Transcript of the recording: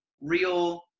real